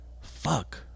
Fuck